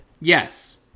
Yes